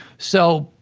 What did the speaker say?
so,